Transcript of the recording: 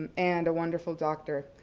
and a wonderful doctor.